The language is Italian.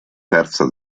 terza